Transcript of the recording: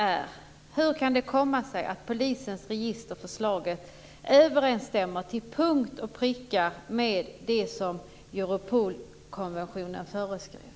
Fru talman! Min andra fråga är: Hur kan det komma sig att förslaget till polisregister till punkt och pricka överensstämmer med det som Europolkonventionen föreskrev?